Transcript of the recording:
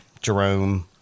Jerome